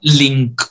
link